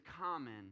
common